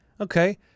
Okay